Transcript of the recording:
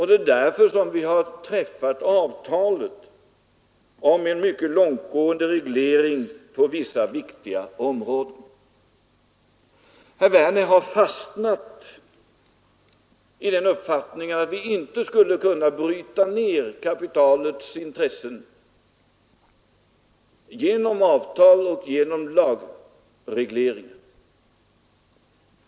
Det är därför som vi har träffat avtalet om en mycket långtgående reglering på vissa viktiga områden. Herr Werner har fastnat i den uppfattningen att vi inte skulle kunna bryta ner kapitalets intressen genom avtal och regleringar.